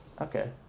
okay